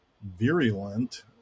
Virulent